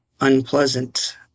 unpleasant